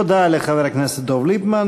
תודה לחבר הכנסת דב ליפמן.